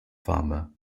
farmer